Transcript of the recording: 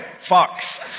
fox